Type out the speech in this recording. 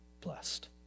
blessed